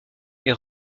est